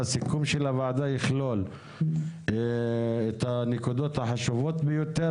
הסיכום של הוועדה יכלול את הנקודות החשובות ביותר.